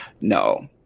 no